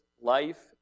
life